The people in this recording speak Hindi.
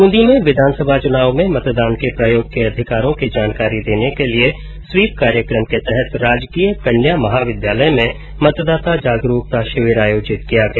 बूंदी में विधानसभा चुनाव में मतदान के प्रयोग के अधिकारो की जानकारी देने के लिए स्वीप कार्यक्रम के तहत राजकीय कन्या महाविद्यालय में मतदाता जागरूकता शिविर आयोजित किया गया